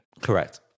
Correct